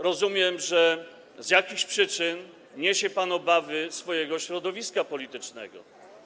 Rozumiem, że z jakichś przyczyn niesie pan obawy swojego środowiska politycznego.